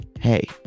Hey